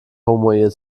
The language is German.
homoehe